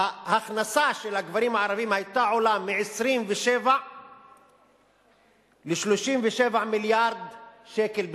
ההכנסה של הגברים הערבים היתה עולה מ-27 ל-37 מיליארד שקל בשנה.